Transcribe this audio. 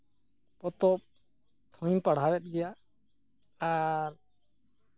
ᱯᱚᱛᱚᱵ ᱦᱩᱧ ᱯᱟᱲᱦᱟᱣᱮᱫ ᱜᱮᱭᱟ ᱟᱨ